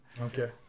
Okay